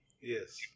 Yes